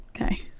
Okay